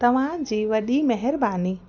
तव्हांजी वॾी महिरबानी